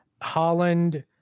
holland